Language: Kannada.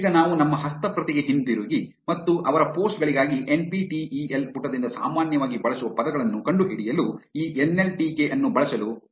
ಈಗ ನಾವು ನಮ್ಮ ಹಸ್ತಪ್ರತಿಗೆ ಹಿಂತಿರುಗಿ ಮತ್ತು ಅವರ ಪೋಸ್ಟ್ ಗಳಿಗಾಗಿ N P T E L ಪುಟದಿಂದ ಸಾಮಾನ್ಯವಾಗಿ ಬಳಸುವ ಪದಗಳನ್ನು ಕಂಡುಹಿಡಿಯಲು ಈ ಎನ್ ಎಲ್ ಟಿ ಕೆ ಅನ್ನು ಬಳಸಲು ಪ್ರಯತ್ನಿಸೋಣ